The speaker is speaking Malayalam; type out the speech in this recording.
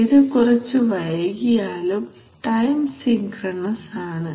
ഇത് കുറച്ച് വൈകിയാലും ടൈം സിൻക്രണസ് ആണ്